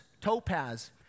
topaz